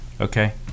Okay